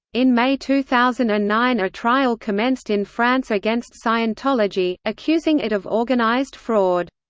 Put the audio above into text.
in may two thousand and nine a trial commenced in france against scientology, accusing it of organised fraud.